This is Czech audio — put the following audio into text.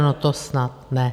No to snad ne!